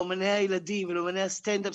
לאמני הילדים ולאמני הסטנד-אפ.